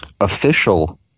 official